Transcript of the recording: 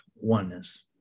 oneness